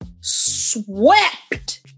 swept